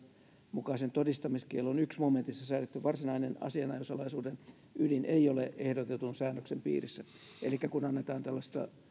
mukaisen todistamiskiellon ensimmäisessä momentissa säädetty varsinainen asianajosalaisuuden ydin ei ole ehdotetun säännöksen piirissä elikkä kun annetaan tällaista